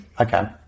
Okay